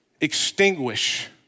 Extinguish